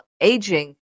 aging –